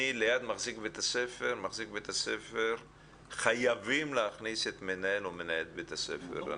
ליד מחזיק בית הספר חייבים להכניס את מנהל או מנהלת בית הספר.